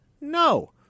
No